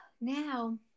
now